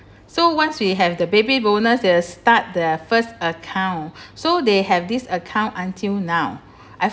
so once we have the baby bonus is start their first account so they have this account until now I've